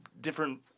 different